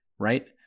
Right